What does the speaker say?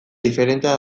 diferentea